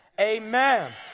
Amen